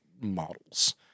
models